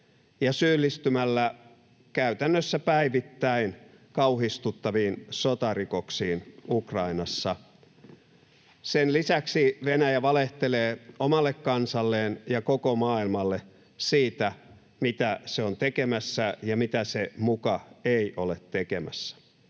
syyllistymällä käytännössä päivittäin kauhistuttaviin sotarikoksiin Ukrainassa. Sen lisäksi Venäjä valehtelee omalle kansalleen ja koko maailmalle siitä, mitä se on tekemässä ja mitä se muka ei ole tekemässä.